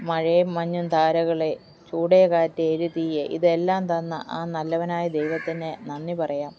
മഴയും മഞ്ഞും താരകളെ ചൂട് കാറ്റെ എരി തീയെ ഇതെല്ലാം തന്ന ആ നല്ലവനായ ദൈവത്തിനു നന്ദി പറയാം